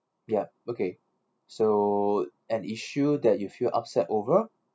yup okay so an issue that you feel upset over